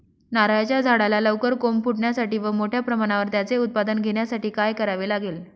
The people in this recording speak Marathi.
नारळाच्या झाडाला लवकर कोंब फुटण्यासाठी व मोठ्या प्रमाणावर त्याचे उत्पादन घेण्यासाठी काय करावे लागेल?